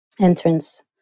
entrance